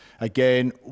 Again